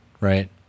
right